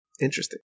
interesting